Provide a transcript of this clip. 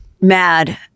mad